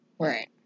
Right